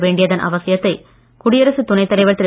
வேண்டியதன் அவசியத்தை குடியரசுத் துணை தலைவர் திரு